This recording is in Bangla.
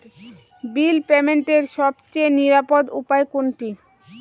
বিল পেমেন্টের সবচেয়ে নিরাপদ উপায় কোনটি?